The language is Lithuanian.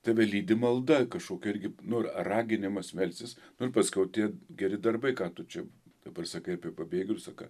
tave lydi malda kažkokia irgi nu ar raginimas melstis nu ir paskiau tie geri darbai ką tu čia dabar sakai apie pabėgėlius a ką